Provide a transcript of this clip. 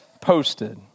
posted